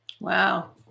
Wow